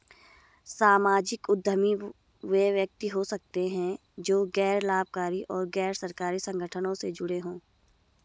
सामाजिक उद्यमी वे व्यक्ति हो सकते हैं जो गैर लाभकारी और गैर सरकारी संगठनों से जुड़े हों